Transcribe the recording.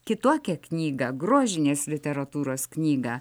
kitokią knygą grožinės literatūros knygą